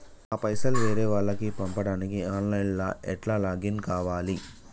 నా పైసల్ వేరే వాళ్లకి పంపడానికి ఆన్ లైన్ లా ఎట్ల లాగిన్ కావాలి?